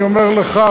אני אומר לך,